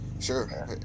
sure